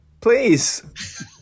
please